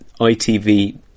itv